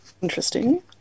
Interesting